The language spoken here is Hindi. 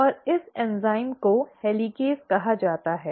और इस एंजाइम को हेलिकेज़ कहा जाता है